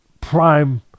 prime